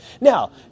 Now